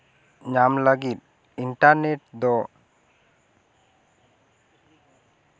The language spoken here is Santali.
ᱧᱟᱢ ᱞᱟᱹᱜᱤᱫ ᱤᱱᱴᱟᱨᱱᱮᱴ ᱫᱚ